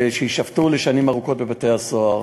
ושיישפטו לשנים ארוכות בבתי-הסוהר.